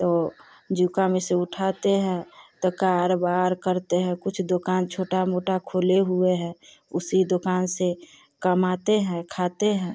तो जीविका में से उठाते हैं त कार वार करते हैं कुछ दुकान छोटा मोटा खोले हुए हैं उसी दुकान से कमाते हैं खाते हैं